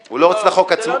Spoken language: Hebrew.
לא, זה לא נכון.